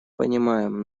понимаем